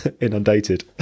inundated